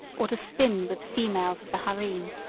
or to spin with the females of the harem?